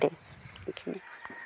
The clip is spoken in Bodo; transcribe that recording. दे बेखिनि